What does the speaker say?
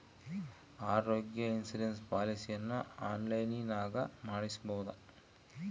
ಆರೋಗ್ಯ ಇನ್ಸುರೆನ್ಸ್ ಪಾಲಿಸಿಯನ್ನು ಆನ್ಲೈನಿನಾಗ ಮಾಡಿಸ್ಬೋದ?